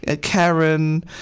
Karen